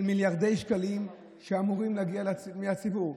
מיליארדי שקלים שאמורים להגיע מהציבור?